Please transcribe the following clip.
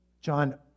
John